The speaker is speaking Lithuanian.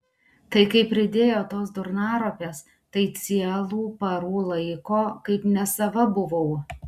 tai kai pridėjo tos durnaropės tai cielų parų laiko kaip nesava buvau